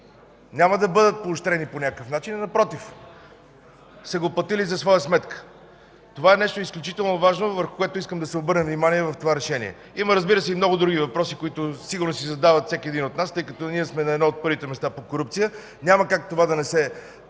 няма да бъдат поощрени по някакъв начин, а напротив – платили са го за своя сметка. Това е нещо изключително важно, върху което искам да се обърне внимание в това решение. Има, разбира се, и много други въпроси, които сигурно си задава всеки един от нас, тъй като сме на едно от първите места по корупция. Няма как това да не прави